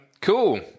cool